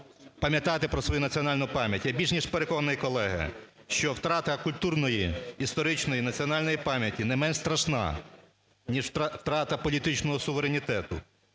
пам'ятати про свою національну пам'ять. Я більш ніж переконаний, колеги, що втрата культурної історичної національної пам'яті не менш страшна ніж втрата політичного суверенітету.